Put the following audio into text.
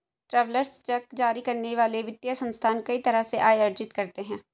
travellers cheque जारी करने वाले वित्तीय संस्थान कई तरह से आय अर्जित करते हैं